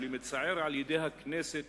או למצער לפעמים על-ידי הכנסת,